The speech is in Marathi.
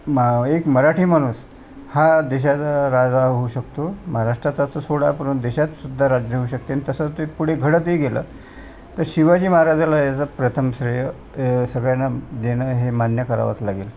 मा एक मराठी माणूस हा देशाचा राजा होऊ शकतो महाराष्ट्राचा तो सोडा पुन देशातसुद्धा राज्य होऊ शकते आणि तसं तो पुढे घडतही गेलं तर शिवाजी महाराजाला ह्याचा प्रथम श्रेय सगळ्यांना देणं हे मान्य करावंच लागेल